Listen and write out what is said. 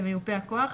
למיופה הכוח,